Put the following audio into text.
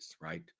right